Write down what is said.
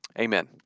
Amen